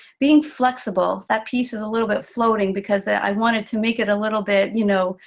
being flexible. that piece is a little bit floating because i wanted to make it a little bit, you know,